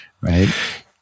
right